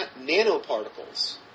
nanoparticles